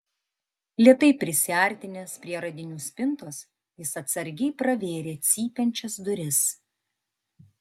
lėtai prisiartinęs prie radinių spintos jis atsargiai pravėrė cypiančias duris